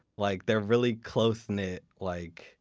like they're really close-knit like